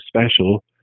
special